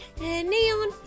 Neon